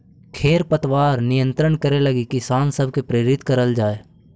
खेर पतवार नियंत्रण करे लगी किसान सब के प्रेरित करल जाए